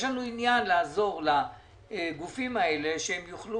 יש לנו עניין לעזור לגופים האלה שיוכלו